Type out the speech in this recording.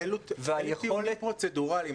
והיכולת --- אלה טיעונים פרוצדורליים.